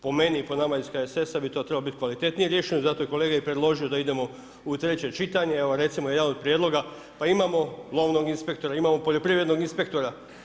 Po meni i po nama iz HSS-a bi to trebalo biti kvalitetnije riješeno, zato je kolega i predložio da idemo u treće čitanje, evo recimo jedan od prijedloga, pa imamo lovnog inspektora, imamo poljoprivrednog inspektora.